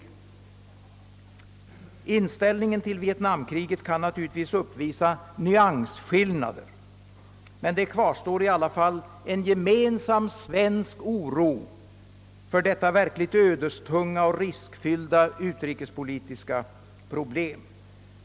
Inställningen till Vietnamkriget kan naturligtvis uppvisa nyansskillnader, men det kvarstår i alla fall en gemensam svensk oro för detta verkligt ödestunga och riskfyllda utrikespolitiska problem.